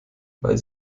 weil